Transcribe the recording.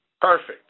Perfect